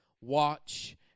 Watch